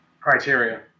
criteria